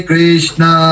Krishna